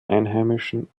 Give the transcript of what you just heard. einheimischen